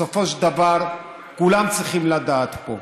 בסופו של דבר, כולם צריכים לדעת פה: